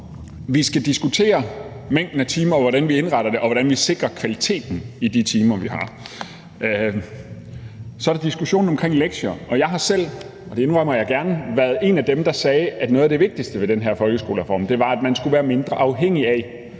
vi skal diskutere mængden af timer, og hvordan vi indretter det, og hvordan vi sikrer kvaliteten i de timer, vi har. Så er der diskussionen om lektier. Jeg har selv, det indrømmer jeg gerne, været en af dem, der sagde, at noget af det vigtigste ved den her folkeskolereform, var, at man skulle være mindre afhængig af,